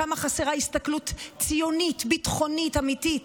כמה חסרה הסתכלות ציונית ביטחונית אמיתית,